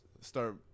start